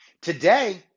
Today